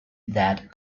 that